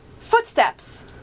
footsteps